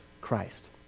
Christ